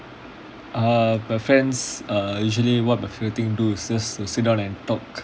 err my friends err usually what my favourite thing do is just to sit down and talk